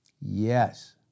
Yes